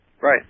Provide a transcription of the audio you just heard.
Right